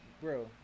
bro